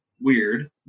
Weird